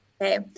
Okay